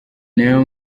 nayo